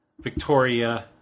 Victoria